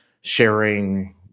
sharing